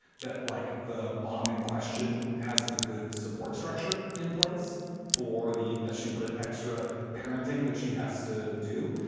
that like the mom in question has a good support structure in place for the, as she put it, extra parenting that she has to do.